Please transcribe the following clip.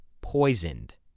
poisoned